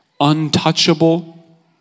untouchable